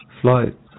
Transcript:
flight